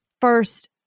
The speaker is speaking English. first